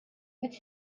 with